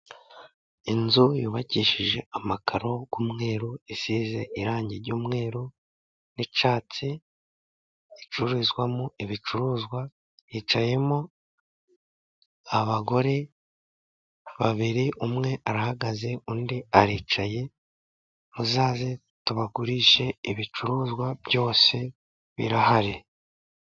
Inzu yubakishije amakaro y'umweru, isize irangi ry'umweru n'icyatsi, icururizwamo ibicuruzwa, hicayemo abagore babiri, umwe arahagaze, undi aricaye, muzaze tubagurishe, ibicuruzwa byose birahari.